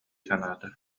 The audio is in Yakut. санаата